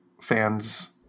fans